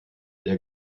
der